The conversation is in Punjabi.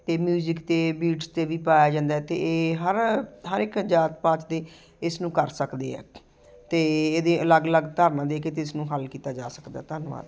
ਅਤੇ ਮਿਊਜਿਕ 'ਤੇ ਬੀਟਸ 'ਤੇ ਵੀ ਪਾਇਆ ਜਾਂਦਾ ਅਤੇ ਹਰ ਹਰ ਇੱਕ ਜਾਤਪਾਤ ਦੇ ਇਸਨੂੰ ਕਰ ਸਕਦੇ ਹੈ ਅਤੇ ਇਹਦੇ ਅਲੱਗ ਅਲੱਗ ਧਾਰਨਾ ਦੇ ਕੇ ਅਤੇ ਇਸਨੂੰ ਹੱਲ ਕੀਤਾ ਜਾ ਸਕਦਾ ਧੰਨਵਾਦ